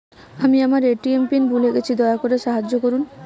আমি আমার ATM PIN ভুলে গেছি, দয়া করে সাহায্য করুন